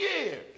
years